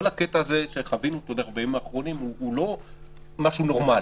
כל הקטע הזה שחווינו בחודשים האחרונים הוא לא משהו נורמלי.